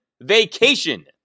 vacation